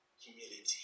Humility